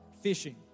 fishing